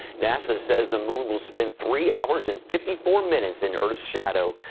nasa says the moon will spend three hours and fifty four minutes in earth's shadow.